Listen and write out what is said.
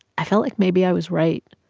i felt like maybe i was right.